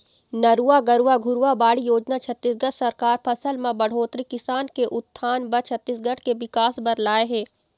नरूवा, गरूवा, घुरूवा, बाड़ी योजना छत्तीसगढ़ सरकार फसल म बड़होत्तरी, किसान के उत्थान बर, छत्तीसगढ़ के बिकास बर लाए हे